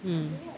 mm